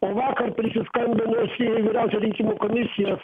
o vakar prisiskambinus į vyriausią rinkimų komisijos